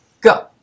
go